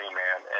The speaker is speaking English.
man